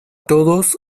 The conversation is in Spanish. todos